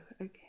okay